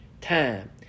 time